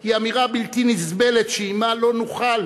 היא אמירה בלתי נסבלת שעמה לא נוכל,